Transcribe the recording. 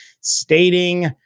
stating